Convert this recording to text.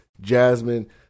Jasmine